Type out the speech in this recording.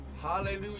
Hallelujah